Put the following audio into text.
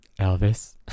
Elvis